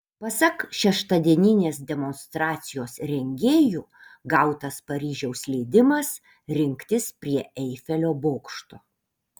pasak šeštadieninės demonstracijos rengėjų gautas paryžiaus leidimas rinktis prie eifelio bokšto